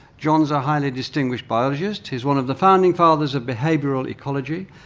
john is a highly distinguished biologist. he is one of the founding fathers of behavioural ecology,